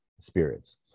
spirits